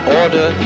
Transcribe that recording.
order